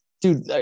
Dude